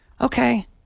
okay